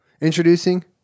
Introducing